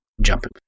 jumping